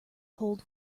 hold